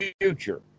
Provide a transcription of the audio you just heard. future